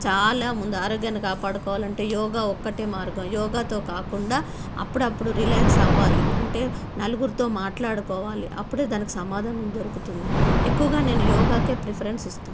చాలా ముందు ఆరోగ్యాన్ని కాపాడుకోవాలి అంటే యోగా ఒక్కటే మార్గం యోగాతో కాకుండా అప్పుడప్పుడు రిలాక్స్ అవ్వాలి అంటే నలుగురితో మాట్లాడుకోవాలి అప్పుడే దానికి సమాధానం దొరుకుతుంది ఎక్కువగా నేను యోగాకు ప్రిఫరెన్స్ ఇస్తాను